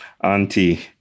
auntie